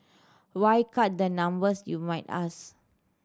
why cut the numbers you might ask